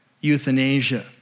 euthanasia